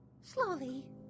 Slowly